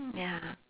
mm ya